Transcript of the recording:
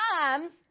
times